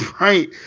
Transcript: Right